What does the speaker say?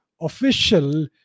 official